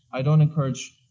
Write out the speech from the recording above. i don't encourage.